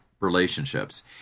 relationships